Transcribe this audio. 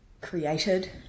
created